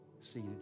seated